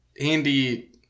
Andy